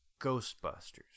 Ghostbusters